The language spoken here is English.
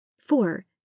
Four